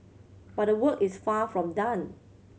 but the work is far from done